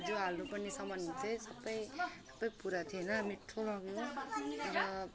जो हाल्नु पर्ने सामानहरू चाहिँ सबै सबै पुरा थियो होइन मिठो अन्त